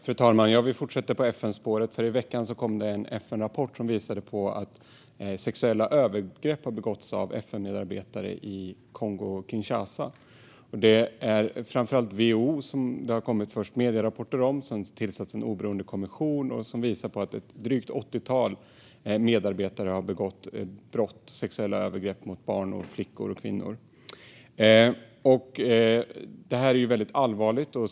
Fru talman! Jag vill fortsätta på FN-spåret. I veckan lades en FN-rapport fram som visar att sexuella övergrepp har begåtts av FN-medarbetare i Kongo-Kinshasa. Det har kommit medierapporter om framför allt WHO, och det har tillsatts en oberoende kommission som har visat att ett drygt åttiotal medarbetare har begått brott i form av sexuella övergrepp mot barn, flickor och kvinnor. Det här är allvarligt.